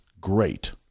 great